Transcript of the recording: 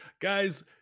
guys